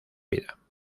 vida